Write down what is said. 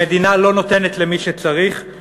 המדינה לא נותנת למי שצריך,